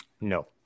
No